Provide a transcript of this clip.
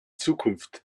zukunft